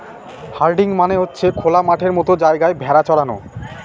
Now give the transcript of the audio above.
herding মানে হচ্ছে খোলা মাঠের মতো জায়গায় ভেড়া চরানো